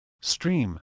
stream